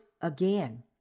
again